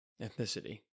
ethnicity